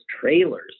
trailers